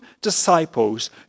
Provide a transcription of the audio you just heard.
disciples